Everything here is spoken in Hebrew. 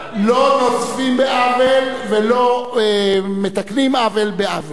לא נוזפים בעוול ולא מתקנים עוול בעוול.